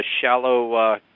shallow